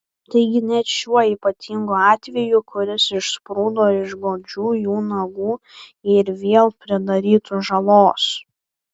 taigi net šiuo ypatingu atveju kuris išsprūdo iš godžių jų nagų jie ir vėl pridarytų žalos